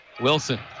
Wilson